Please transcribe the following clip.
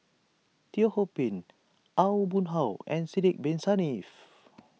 Teo Ho Pin Aw Boon Haw and Sidek Bin Saniff